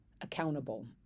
accountable